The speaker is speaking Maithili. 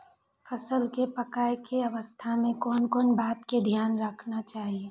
फसल के पाकैय के अवस्था में कोन कोन बात के ध्यान रखना चाही?